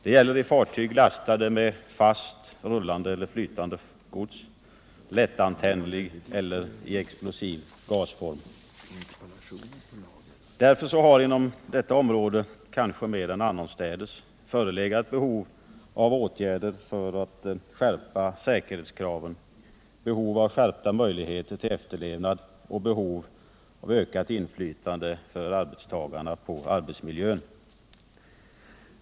Det gäller fartyg lastade med fast, rullande eller flytande gods som kan vara lättantändligt eller i explosiv gasform. Därför har inom detta område kanske mer än annorstädes förelegat behov av åtgärder för att skärpa säkerhetskraven, behov av skärpta möjligheter till efterlevnad och behov av ökat inflytande på arbetsmiljön för arbetstagarna.